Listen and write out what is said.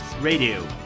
Radio